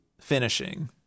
finishing